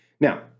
Now